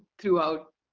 throughout